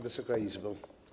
Wysoka Izbo!